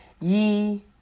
ye